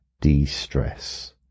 de-stress